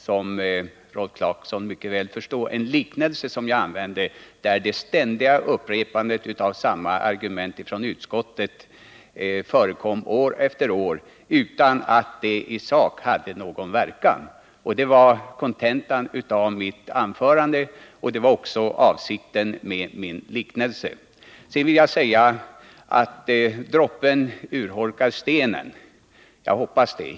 Som Rolf Clarkson mycket väl förstår var det en liknelse jag använde om utskottets ständiga upprepande av samma påstående år efter år, utan att våra argument i sak har någon verkan. Det var också kontentan av mitt anförande. Droppen urholkar stenen, sade Rolf Clarkson. Jag hoppas det.